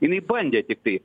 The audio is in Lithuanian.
jinai bandė tiktai